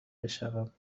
بشوم